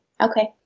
Okay